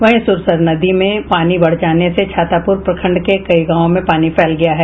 वहीं सुरसर नदी में पानी बढ़ जाने से छातापुर प्रखंड के कई गांवों में पानी फैल गया है